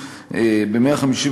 ח.